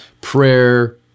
prayer